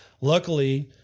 Luckily